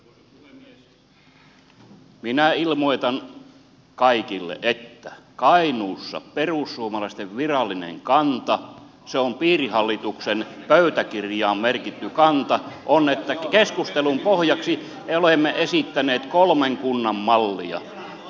minä ilmoitan kaikille että kainuussa perussuomalaisten virallinen kanta se on piirihallituksen pöytäkirjaan merkitty kanta on että keskustelun pohjaksi olemme esittäneet kolmen kunnan mallia